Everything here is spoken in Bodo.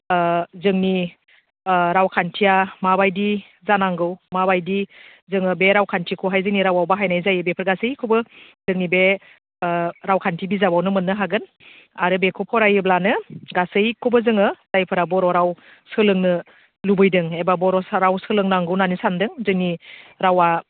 जोंनि रावखान्थिया माबायदि जानांगौ माबायदि जोङो बे रावखान्थिखौहाय जोंनि रावआव बाहायनाय जायो बेफोर गासैखौबो जोंनि बे रावखान्थि बिजाबावनो मोननो हागोन आरो बेखौ फरायोब्लानो गासैखौबो जोङो जायफोरा बर' राव सोलोंनो लुबैदों एबा बर' राव सोलोंनांगौ होननानै सान्दों जोंनि रावआ